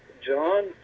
John